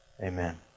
Amen